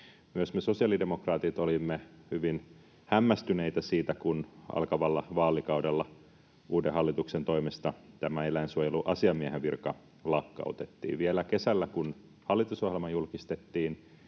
Myös me sosiaalidemokraatit olimme hyvin hämmästyneitä, kun alkavalla vaalikaudella uuden hallituksen toimesta tämä eläinsuojeluasiamiehen virka lakkautettiin. Vielä kesällähän, kun hallitusohjelma julkistettiin,